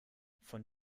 von